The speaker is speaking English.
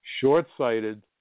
Short-sighted